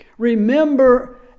remember